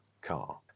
car